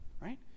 Right